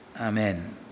Amen